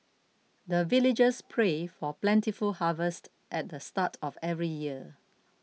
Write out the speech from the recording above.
the villagers pray for plentiful harvest at the start of every year